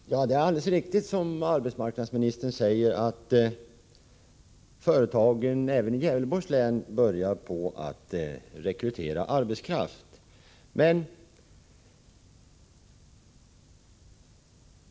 Herr talman! Det är alldeles riktigt som arbetsmarknadsministern säger, att företagen även i Gävleborgs län börjar rekrytera arbetskraft.